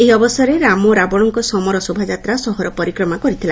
ଏହି ଅବସରରେ ରାମ ରାବଣଙ୍କ ସମର ଶୋଭାଯାତ୍ରା ସହର ପରିକ୍ରମା କରିଥିଲା